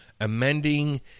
amending